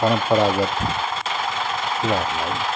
पराम्परागत कुराहरूलाई